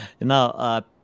now